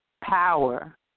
Power